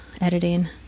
editing